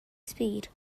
speed